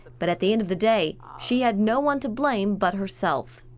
but at the end of the day, she had no one to blame but herself.